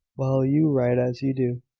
while you ride as you do.